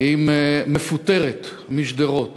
עם מפוטרת משדרות